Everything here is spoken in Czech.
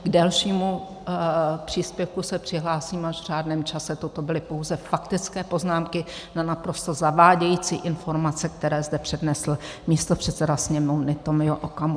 K dalšímu příspěvku se přihlásím až v řádném čase, toto byly pouze faktické poznámky na naprosto zavádějící informace, které zde přednesl místopředseda Sněmovny Tomio Okamura.